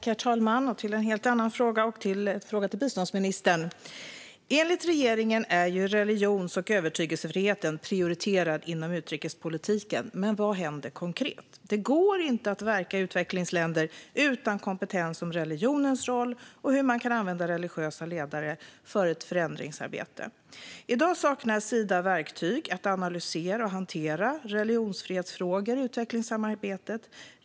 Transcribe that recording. Herr talman! Låt oss gå över till ett helt annat ämne. Jag har en fråga till biståndsministern. Enligt regeringen är religions och övertygelsefriheten prioriterad inom utrikespolitiken. Men vad händer konkret? Det går inte att verka i utvecklingsländer utan kompetens om religionens roll och hur man kan använda religiösa ledare för att få till stånd ett förändringsarbete. I dag saknar Sida verktyg att analysera och hantera religionsfrihetsfrågor i utvecklingssamarbetet.